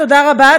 תודה רבה.